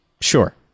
Sure